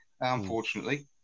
unfortunately